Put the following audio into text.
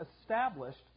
established